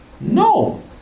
No